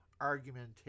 argumentation